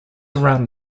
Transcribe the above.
around